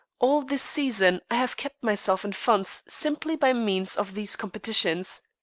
all this season i have kept myself in funds simply by means of these competitions.